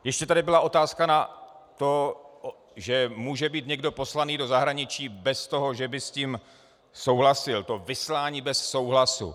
Ještě tady byla otázka na to, že může být někdo poslaný do zahraničí, aniž by s tím souhlasil, to vyslání bez souhlasu.